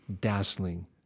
dazzling